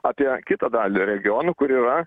apie kitą dalį regionų kur yra